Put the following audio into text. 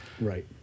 Right